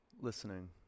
listening